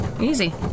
Easy